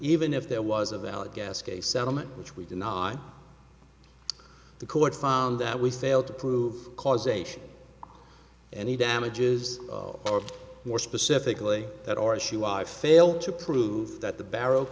even if there was a valid gask a settlement which we deny the court found that we failed to prove causation any damages or more specifically that or issue i failed to prove that the barrow